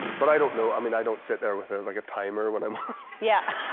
but i don't know. i mean, i don't sit there with a like timer when i'm yeah.